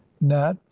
nat